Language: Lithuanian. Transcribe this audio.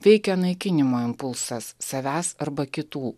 veikia naikinimo impulsas savęs arba kitų